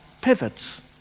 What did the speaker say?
pivots